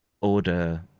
order